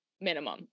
minimum